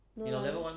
没有 ah